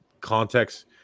context